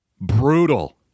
Brutal